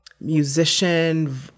musician